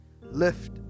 Lift